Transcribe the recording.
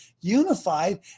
unified